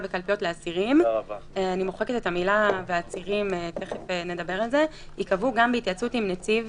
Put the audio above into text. בקלפיות לאסירים ייקבעו גם בהתייעצות עם נציב